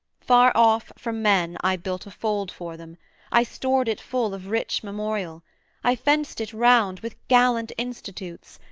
far off from men i built a fold for them i stored it full of rich memorial i fenced it round with gallant institutes,